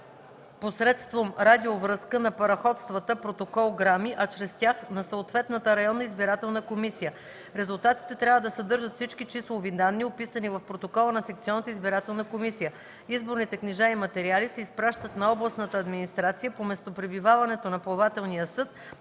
посредством радиовръзка на параходствата (протокол-грами), а чрез тях – на съответната районна избирателна комисия. Резултатите трябва да съдържат всички числови данни, описани в протокола на секционната избирателна комисия. Изборните книжа и материали се изпращат на областната администрация по местопребиваването на плавателния съд